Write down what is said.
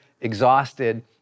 exhausted